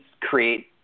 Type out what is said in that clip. create